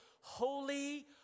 holy